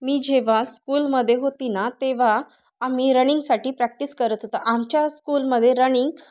मी जेव्हा स्कूलमध्ये होती ना तेव्हा आम्ही रनिंगसाठी प्रॅक्टिस करत होत आमच्या स्कूलमध्ये रनिंग